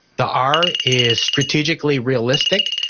the r is strategically realistic.